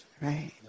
Right